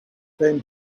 then